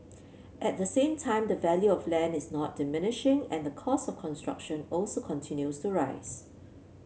at the same time the value of land is not diminishing and the cost of construction also continues to rise